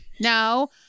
No